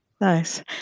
Nice